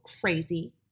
crazy